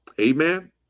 amen